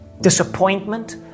disappointment